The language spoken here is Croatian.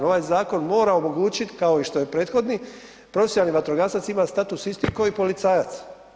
Ovaj zakon mora omogućit kao i što je prethodni, profesionalni vatrogasac ima status isti ko i policajac.